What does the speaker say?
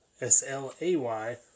S-L-A-Y